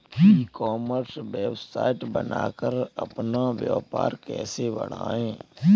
ई commerce website बनाकर अपना व्यापार कैसे बढ़ाएँ?